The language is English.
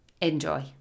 Enjoy